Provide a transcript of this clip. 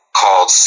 called